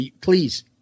Please